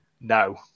no